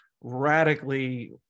radically